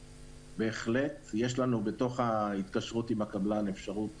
ובהחלט יש לנו בתוך ההתקשרות עם הקבלן אפשרות